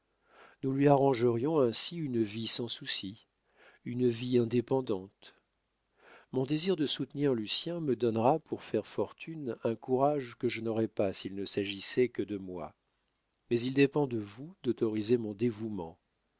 nous lui arrangerions ainsi une vie sans soucis une vie indépendante mon désir de soutenir lucien me donnera pour faire fortune un courage que je n'aurais pas s'il ne s'agissait que de moi mais il dépend de vous d'autoriser mon dévouement